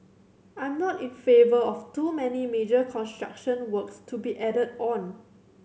I'm not in favour of too many major construction works to be added on